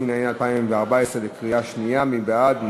התשע"ה 2014. מי בעד?